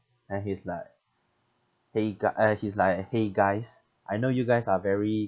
then he's like !hey! gu~ uh he's like !hey! guys I know you guys are very